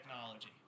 technology